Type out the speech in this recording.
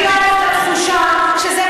אבל אני אגיד לך מה התחושה שקיבלנו,